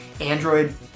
Android